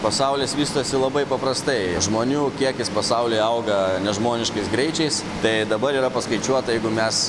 pasaulis vystosi labai paprastai žmonių kiekis pasaulyje auga nežmoniškais greičiais tai dabar yra paskaičiuota jeigu mes